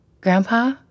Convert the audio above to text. Grandpa